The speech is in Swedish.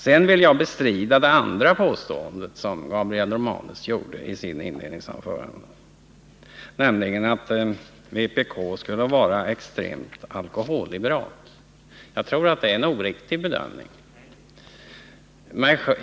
Sedan vill jag bestrida det andra påståendet som Gabriel Romanus gjorde i sitt inledningsanförande, nämligen att vpk skulle vara extremt alkoholliberalt. Jag tror att det är en oriktig bedömning.